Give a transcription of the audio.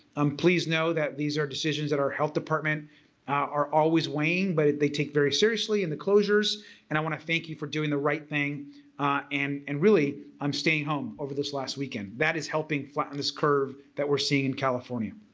um please know that these are decisions that our health department are always weighing but they take very seriously in the closures and i want to thank you for doing the right thing and and really um staying home over this last weekend. that is helping flatten this curve that we're seeing in california.